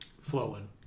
flowing